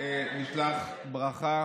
תשלח ברכה